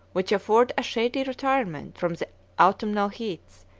which afford a shady retirement from the autumnal heats,